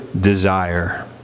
desire